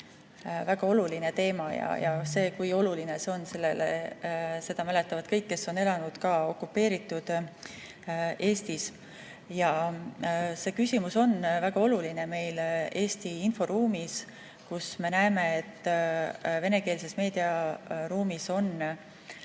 väga oluline teema. Seda, kui oluline see on, mäletavad kõik, kes on elanud ka okupeeritud Eestis. See küsimus on väga oluline meile Eesti inforuumis, kus me näeme, et venekeelses meediaruumis on